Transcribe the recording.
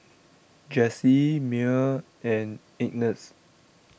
Jessy Myer and Ignatz